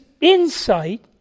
insight